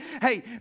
hey